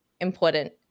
important